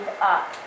up